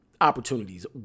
opportunities